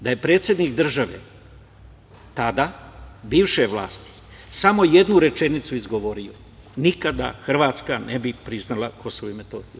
Da je predsednik države tada bivše vlasti samo jednu rečenicu izgovorio, nikada Hrvatska ne bi priznala Kosovo i Metohiju.